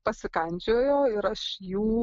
pasikandžiojo ir aš jų